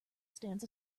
stands